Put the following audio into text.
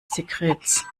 sekrets